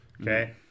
okay